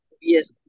Yes